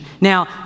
Now